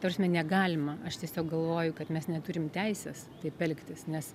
ta prasme negalima aš tiesiog galvoju kad mes neturim teisės taip elgtis nes